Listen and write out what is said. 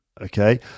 Okay